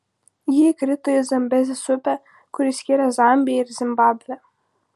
ji įkrito į zambezės upę kuri skiria zambiją ir zimbabvę